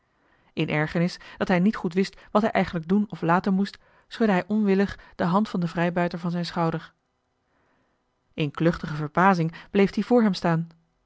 in ergernis dat hij niet goed wist wat hij eigenlijk doen of laten moest schudde hij onwillig de hand van den vrijbuiter van zijn schouder in kluchtige verbazing bleef die voor hem staan